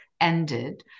ended